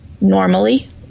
normally